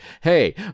hey